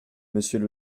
monsieur